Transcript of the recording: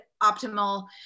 optimal